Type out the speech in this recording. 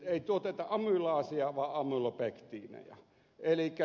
ei tuoteta amylaaseja vaan amylopektiineja